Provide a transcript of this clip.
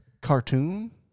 cartoon